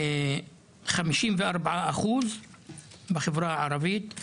כ-54% בחברה הערבית,